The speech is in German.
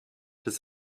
des